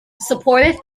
supportive